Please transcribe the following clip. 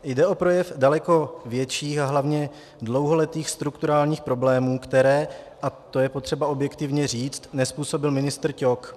Jde o projev daleko větších a hlavně dlouholetých strukturálních problémů, které, a to je potřeba objektivně říct, nezpůsobil ministr Ťok.